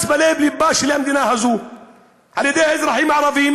בלב-לבה של המדינה הזו על-ידי אזרחים ערבים